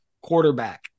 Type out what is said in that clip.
quarterback